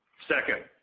second,